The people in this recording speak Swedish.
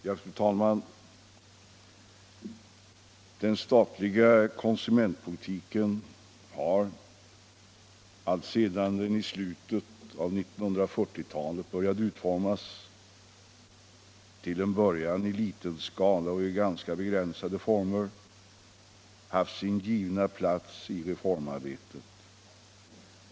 Fru talman! Den statliga konsumentpolitiken har alltsedan den i slutet av 1940-talet började utformas — till en början i liten skala och i ganska begränsade former — haft sin givna plats i reformarbetet.